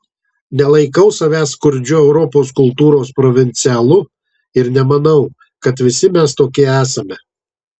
nelaikau savęs skurdžiu europos kultūros provincialu ir nemanau kad visi mes tokie esame